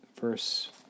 verse